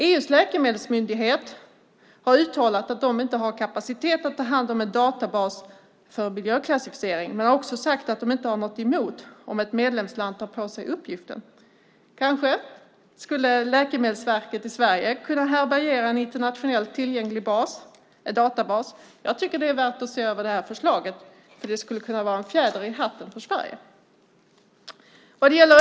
EU:s läkemedelsmyndighet har uttalat att den inte har kapacitet att ta hand om en databas för miljöklassificering, men också sagt att den inte har något emot om ett medlemsland tar på sig uppgiften. Kanske skulle Läkemedelsverket i Sverige kunna härbärgera en internationellt tillgänglig databas. Jag tycker att det är värt att se över det förslaget. Det skulle kunna vara en fjäder i hatten för Sverige.